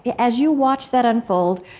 as you watched that unfold,